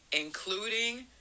including